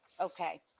Okay